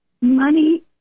money